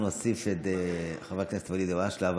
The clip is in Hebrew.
אנחנו נוסיף את חבר הכנסת ואליד אלהואשלה.